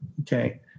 okay